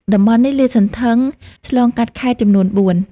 តំបន់នេះលាតសន្ធឹងឆ្លងកាត់ខេត្តចំនួនបួន។